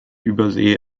übersee